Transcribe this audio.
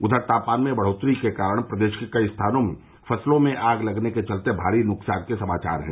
उधर तापमान में बढ़ोत्तरी के कारण प्रदेश के कई स्थानों में फसलों में आग लगने के चलते भारी नुकसान के समाचार है